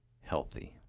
healthy